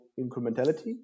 incrementality